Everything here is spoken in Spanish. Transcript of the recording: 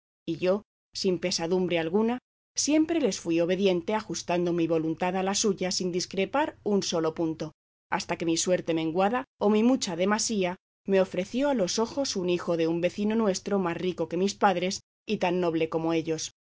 y yo sin pesadumbre alguna siempre les fui obediente ajustando mi voluntad a la suya sin discrepar un solo punto hasta que mi suerte menguada o mi mucha demasía me ofreció a los ojos un hijo de un vecino nuestro más rico que mis padres y tan noble como ellos